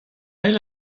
eil